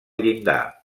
llindar